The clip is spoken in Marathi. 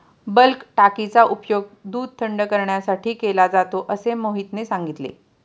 बल्क टाकीचा उपयोग दूध थंड करण्यासाठी केला जातो असे मोहितने सांगितले